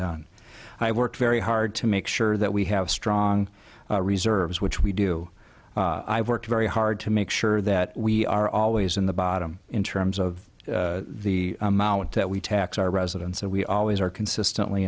done i worked very hard to make sure that we have strong reserves which we do i work very hard to make sure that we are always in the bottom in terms of the amount that we tax our residents and we always are consistently